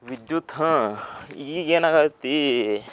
ವಿದ್ಯುತ್ ಹಾಂ ಈಗ ಏನಾಗುತ್ತೆ